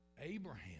Abraham